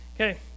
Okay